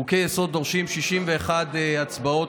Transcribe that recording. חוקי-יסוד דורשים 61 אצבעות.